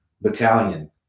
battalion